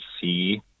see